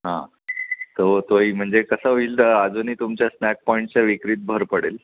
हां तो तो ही म्हणजे कसं होईल अजूनही तुमच्या स्नॅक पॉईंटच्या विक्रीत भर पडेल